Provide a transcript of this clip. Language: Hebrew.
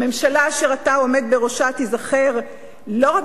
הממשלה אשר אתה עומד בראשה תיזכר לא רק